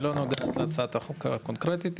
היא לא נוגעת להצעת החוק הקונקרטית.